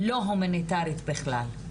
לא הומניטרית בכלל.